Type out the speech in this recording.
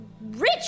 rich